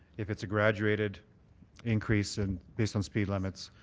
if it's graduated increase, and based on speed limits,